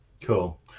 cool